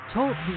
Talk